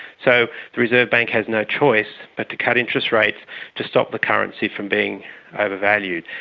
so the reserve bank has no choice but to cut interest rates to stop the currency from being overvalued.